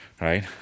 right